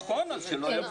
נכון, אז שלא יבטיחו.